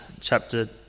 chapter